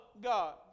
God